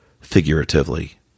figuratively